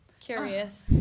curious